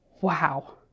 wow